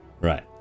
right